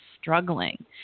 struggling